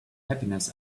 happiness